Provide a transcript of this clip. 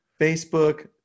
Facebook